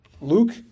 Luke